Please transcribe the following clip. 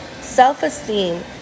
self-esteem